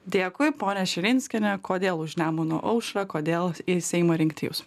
dėkui ponia širinskiene kodėl už nemuno aušrą kodėl į seimą rinkti jus